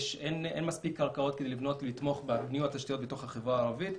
אין מספיק קרקעות כדי לבנות ולתמוך בניהול התשתיות בתוך החברה הערבית.